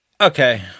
Okay